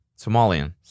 Somalian